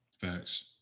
Facts